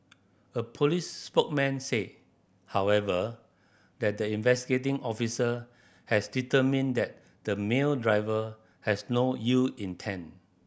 a police spokesman said however that the investigating officer has determined that the male driver has no ill intent